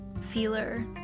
feeler